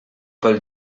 pel